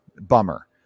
Bummer